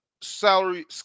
salary